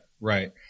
right